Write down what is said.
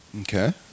Okay